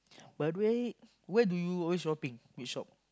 by the way where do you always shopping which shop